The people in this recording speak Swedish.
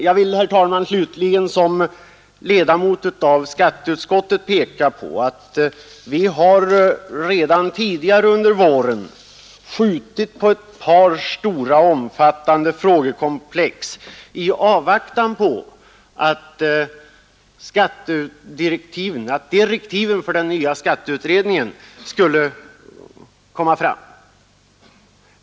Jag vill, herr talman, slutligen som ledamot av skatteutskottet peka på att vi redan tidigare under våren har skjutit på ett par stora, omfattande frågekomplex i avvaktan på att direktiven för den nya skatteutredningen skulle läggas fram.